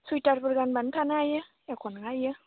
सुवेटारफोर गानबानो थानो हायो एख' नङा बेयो